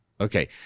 Okay